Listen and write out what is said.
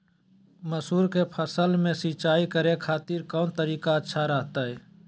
मसूर के फसल में सिंचाई करे खातिर कौन तरीका अच्छा रहतय?